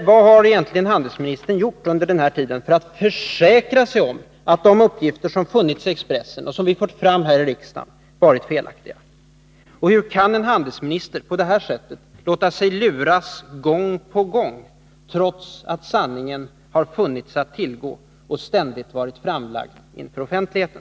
Vad har handelsministern egentligen gjort under den här tiden för att försäkra sig om att de uppgifter som lämnats i Expressen och som vi fört fram här i riksdagen varit felaktiga? Hur kan handelsministern på det här sättet låta sig luras gång på gång, trots att sanningen har funnits att tillgå och ständigt varit framlagd inför offentligheten?